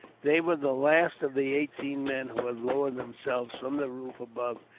they were the last of the eighteen men who had lowered themselves, from the roof above,